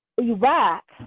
Iraq